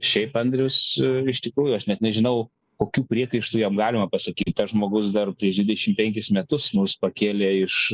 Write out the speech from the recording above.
šiaip andrius iš tikrųjų aš net nežinau kokių priekaištų jam galima pasakyt tas žmogus dar prieš dvidešimt penkis metus mus pakėlė iš